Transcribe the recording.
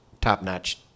top-notch